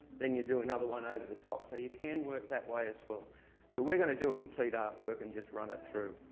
then you do another one over the top, so you can work that way as well. but we're going to do a complete art work and just run it through.